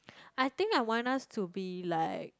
I think I want us to be like